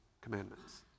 commandments